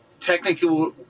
technically